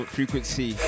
Frequency